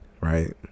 right